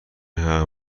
خلق